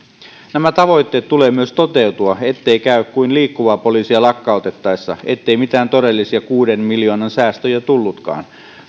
näiden tavoitteiden tulee myös toteutua ettei käy kuin liikkuvaa poliisia lakkautettaessa ettei mitään todellisia kuuden miljoonan säästöjä tullutkaan